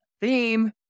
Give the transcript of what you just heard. theme